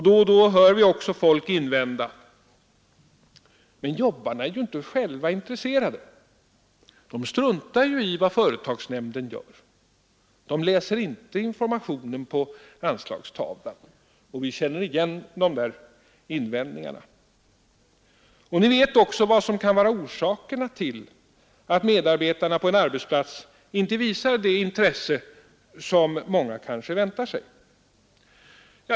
Då och då hör vi också folk invända: Men jobbarna är ju inte själva intresserade. De struntar ju i vad företagsnämnden gör. De läser inte informationen på anslagstavlan. Ni känner igen invändningarna. Ni vet också vad som kan vara orsakerna till att medarbetarna på en arbetsplats inte visar det intresse som många kanske väntar sig.